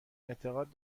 اعتقاد